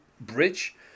bridge